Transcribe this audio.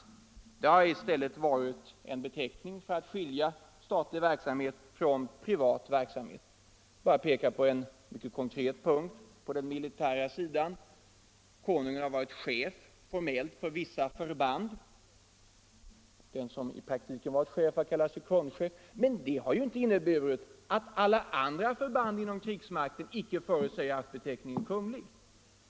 I stället har det varit en beteckning för att skilja statlig verksamhet från privat verksamhet. Får jag peka på en mycket konkret punkt på den militära sidan. Konungen har formellt varit chef för vissa förband; den som i praktiken varit chef har kallats sekundchef. Men det har ju inte inneburit att alla andra förband inom krigsmakten inte haft beteckningen Kunglig.